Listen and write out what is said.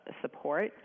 support